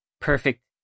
perfect